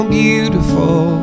beautiful